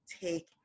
take